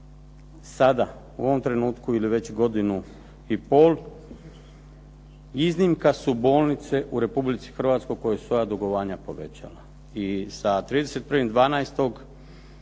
Sada u ovom trenutku ili već godinu i pol, iznimka su bolnice u Republici Hrvatskoj koje su svoja dugovanja povećala. I sa 31. 12.